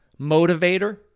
motivator